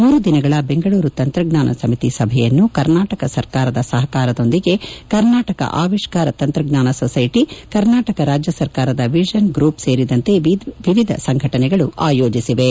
ಮೂರು ದಿನಗಳ ಬೆಂಗಳೂರು ತಂತ್ರಜ್ಞಾನ ಸಮಿತಿ ಸಭೆಯನ್ನು ಕರ್ನಾಟಕ ಸರ್ಕಾರದ ಸಹಕಾರದೊಂದಿಗೆ ಕರ್ನಾಟಕ ಅವಿಷ್ಕಾರ ತಂತ್ರಜ್ಞಾನ ಸೊಸ್ಸೆಟಿ ಕರ್ನಾಟಕ ರಾಜ್ಞ ಸರ್ಕಾರದ ವಿಷನ್ ಗ್ರೂಪ್ ಸೇರಿದಂತೆ ವಿವಿಧ ಸಂಘಟನೆಗಳು ಆಯೋಜಿಸಿವೆ